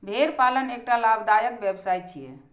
भेड़ पालन एकटा लाभदायक व्यवसाय छियै